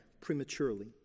prematurely